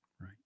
right